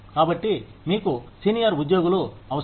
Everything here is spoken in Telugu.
కాబట్టి మీకు సీనియర్ ఉద్యోగులు అవసరం